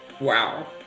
Wow